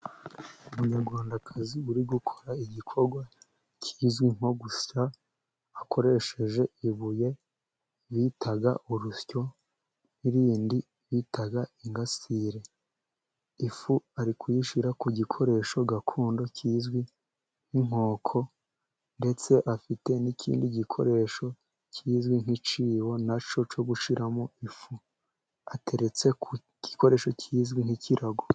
Umunyarwandakazi uri gukora igikorwa kizwi nko gusya, akoresheje ibuye bita urusyo n'irindi rindi bitaga ingasire. Ifu ari kuyishyira ku gikoresho gakondo kizwi nk'inkoko, ndetse afite n'ikindi gikoresho kizwi nk'icyibo, nicyo gushyiramo ifu, ateretse ku gikoresho kizwi nk'ikirago.